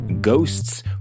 ghosts